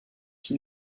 qui